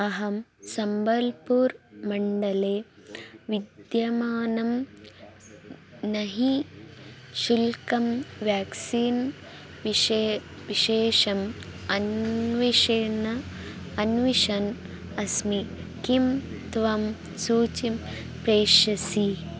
अहं सम्बल्पूर् मण्डले विद्यमानं नही शुल्कं व्याक्सीन् विषे विशेषम् अन्विषन् अन्विषन् अस्मि किं त्वं सूचिं प्रेषयसि